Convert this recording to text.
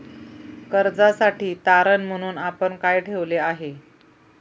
कर्जासाठी तारण म्हणून आपण काय ठेवले आहे?